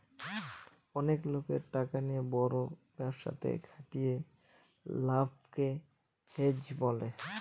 অনেক লোকের টাকা নিয়ে বড় ব্যবসাতে খাটিয়ে লাভকে হেজ বলে